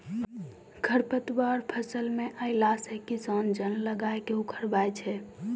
खरपतवार फसल मे अैला से किसान जन लगाय के उखड़बाय छै